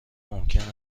ممکن